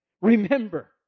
Remember